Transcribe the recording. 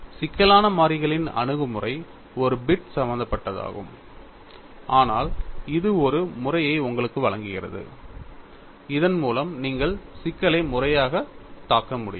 சிக்கலான மாறிகளின் அணுகுமுறை ஒரு பிட் சம்பந்தப்பட்டதாகும் ஆனால் இது ஒரு முறையை உங்களுக்கு வழங்குகிறது இதன் மூலம் நீங்கள் சிக்கலை முறையாக தாக்க முடியும்